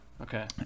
okay